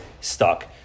stuck